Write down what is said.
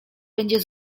będzie